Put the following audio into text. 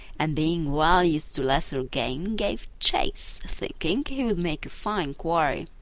and being well used to lesser game, gave chase, thinking he would make a fine quarry.